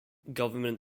government